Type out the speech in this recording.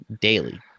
daily